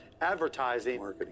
advertising